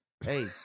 Hey